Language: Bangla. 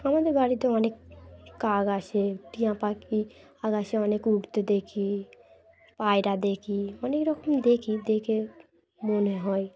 আমাদের বাড়িতে অনেক কাক আছে টিঁয়া পাখি আকাশে অনেক উড়তে দেখি পায়রা দেখি অনেক রকম দেখি দেখে মনে হয়